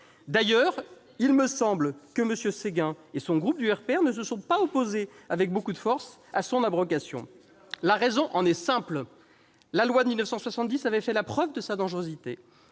D'ailleurs, il me semble que M. Séguin et son groupe du RPR ne se sont pas opposés avec beaucoup de force à son abrogation. La raison en est simple : la loi de 1970 avait fait la preuve de sa dangerosité.